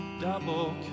double